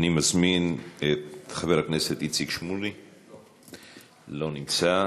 אני מזמין את חבר הכנסת איציק שמולי, לא נמצא.